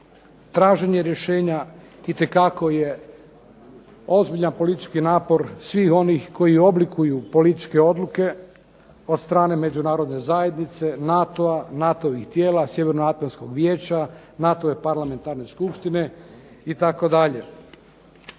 Traženje rješenja itekako je ozbiljan politički napor svih onih koji oblikuju političke odluke od strane Međunarodne zajednice, NATO-a, NATO-vih tijela, Sjevernoatlantskog vijeća, NATO-ve parlamentarne skupštine itd.